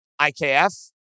IKF